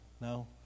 No